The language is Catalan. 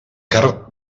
carn